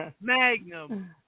magnum